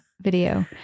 video